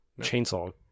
chainsaw